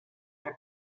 che